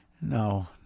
no